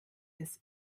das